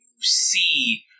see